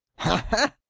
ha ha!